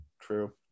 True